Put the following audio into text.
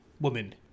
woman